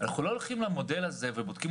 אנחנו לא הולכים למודל הזה ובודקים